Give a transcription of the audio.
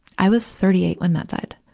i was thirty eight when matt died.